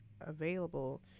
available